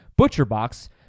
ButcherBox